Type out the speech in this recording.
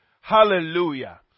Hallelujah